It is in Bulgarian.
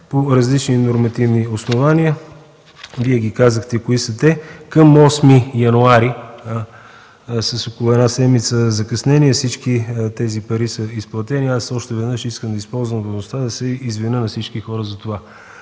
по различни нормативни основания – Вие казахте кои са те. Към 8 януари 2013 г. – с около една седмица закъснение, всички тези пари са изплатени. Аз още веднъж искам да използвам възможността да се извиня на всички хора за това.